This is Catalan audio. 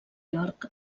york